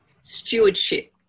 stewardship